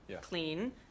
clean